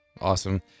Awesome